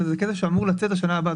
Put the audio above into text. אלא זה כסף שאמור לצאת בשנה הבאה.